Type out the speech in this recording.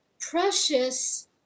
Precious